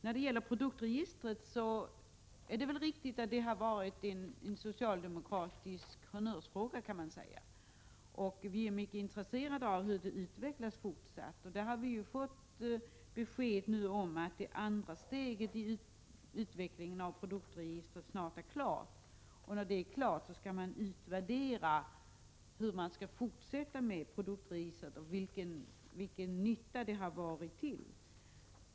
Man kan säga att produktregistret har varit en socialdemokratisk honnörsfråga. Vi är mycket intresserade av hur det utvecklas fortsättningsvis. Vi har nu fått besked om att det andra steget i utvecklingen av produktregistret snart är klart. Därefter skall man göra en utvärdering för att se hur man skall fortsätta med produktregistret och undersöka till vilken nytta det har varit.